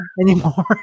anymore